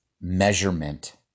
measurement